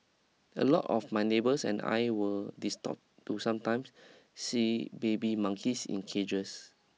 a lot of my neighbours and I were distort to sometimes see baby monkeys in cages